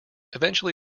eventually